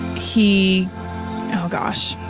he oh gosh.